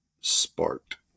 sparked